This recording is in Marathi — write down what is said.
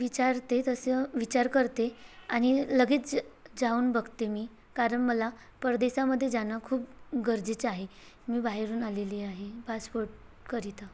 विचारते तसं विचार करते आणि लगेच जाऊन बघते मी कारण मला परदेशामध्ये जाणं खूप गरजेचं आहे मी बाहेरून आलेली आहे पासपोर्टकरिता